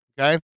Okay